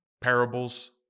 parables